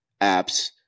apps